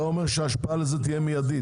אתה אומר שההשפעה לזה תהיה מיידית?